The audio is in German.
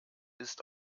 ist